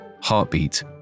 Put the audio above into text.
Heartbeat